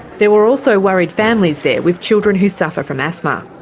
there were also worried families there with children who suffer from asthma.